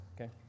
okay